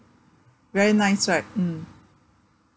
very nice right mm